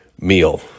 meal